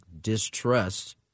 distrust